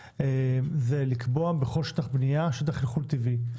זה לקבוע בכל שטח בנייה שטח חלחול טבעי.